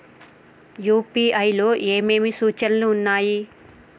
UPI లో ఏమేమి సూచనలు ఉన్నాయి?